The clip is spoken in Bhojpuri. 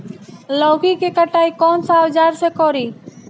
लौकी के कटाई कौन सा औजार से करी?